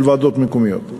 של ועדות מקומיות.